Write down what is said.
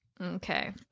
Okay